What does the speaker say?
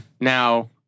Now